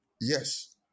Yes